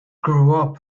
grew